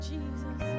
Jesus